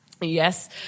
Yes